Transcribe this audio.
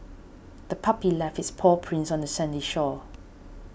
the puppy left its paw prints on the sandy shore